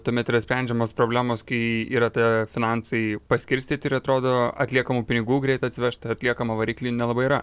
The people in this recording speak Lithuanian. tuomet yra sprendžiamos problemos kai yra ta finansai paskirstyti ir atrodo atliekamų pinigų greit atsivežt atliekamą variklį nelabai yra